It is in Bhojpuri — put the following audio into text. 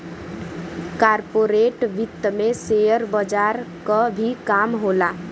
कॉर्पोरेट वित्त में शेयर बजार क भी काम होला